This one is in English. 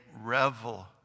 revel